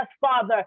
Father